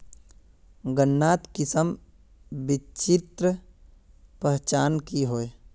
गन्नात किसम बिच्चिर पहचान की होय?